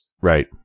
Right